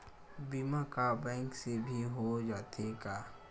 बीमा का बैंक से भी हो जाथे का?